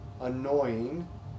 annoying